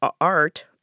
art